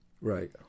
Right